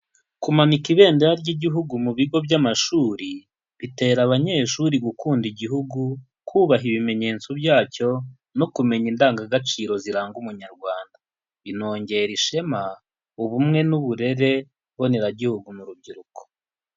Kumanika Ibendera ry'Igihugu mu bigo by'amashuri, bitera abanyeshuri gukunda Igihugu, kubaha ibimenyetso byacyo, no kumenya indangagaciro ziranga Umunyarwanda. Binongera ishema, ubumwe n'uburere, mboneragihugu mu rubyiruko.